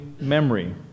memory